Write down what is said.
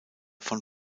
von